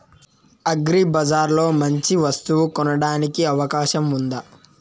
అగ్రిబజార్ లో మంచి వస్తువు కొనడానికి అవకాశం వుందా?